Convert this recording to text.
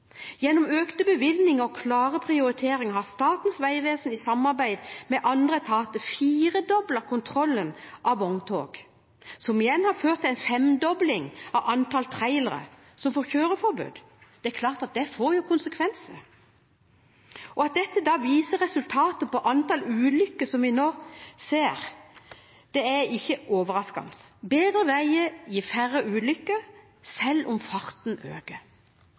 Gjennom økte bevilgninger og klare prioriteringer har Statens vegvesen i samarbeid med andre etater firedoblet kontrollen av vogntog – som igjen har ført til en femdobling av antall trailere som får kjøreforbud. Det er klart at det får konsekvenser. At vi nå ser resultater ved at antall ulykker reduseres, er ikke overraskende. Bedre veier gir færre ulykker, selv om farten øker.